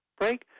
break